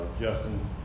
Justin